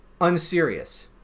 unserious